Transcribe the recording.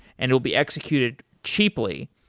and it will be executed cheaply,